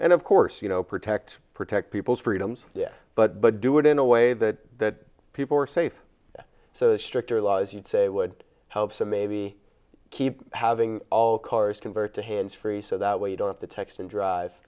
and of course you know protect protect people's freedoms yes but but do it in a way that people are safe stricter laws you say would help so maybe keep having all cars convert to hands free so that way don't the text and drive